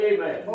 Amen